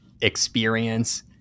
experience